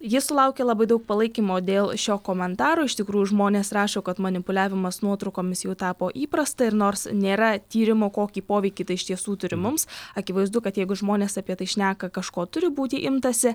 ji sulaukė labai daug palaikymo dėl šio komentaro iš tikrųjų žmonės rašo kad manipuliavimas nuotraukomis jau tapo įprasta ir nors nėra tyrimo kokį poveikį tai iš tiesų turi mums akivaizdu kad jeigu žmonės apie tai šneka kažko turi būti imtasi